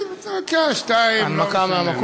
בסדר, דקה, שתיים, לא משנה.